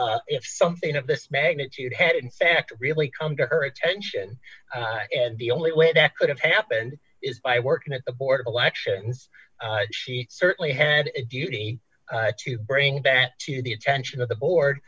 if if something of this magnitude had in fact really come to her attention and d the only way that could have happened is by working at a board of elections she certainly had a duty to bring it back to the attention of the